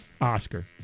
Oscar